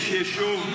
יש יישוב,